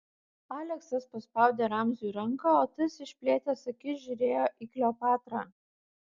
aleksas paspaudė ramziui ranką o tas išplėtęs akis žiūrėjo į kleopatrą